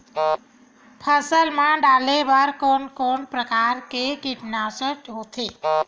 फसल मा डारेबर कोन कौन प्रकार के कीटनाशक होथे?